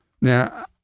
Now